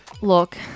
Look